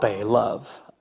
love